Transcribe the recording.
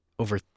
Over